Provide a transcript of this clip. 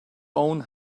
own